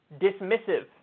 Dismissive